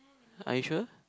are you sure